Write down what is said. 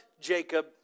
Jacob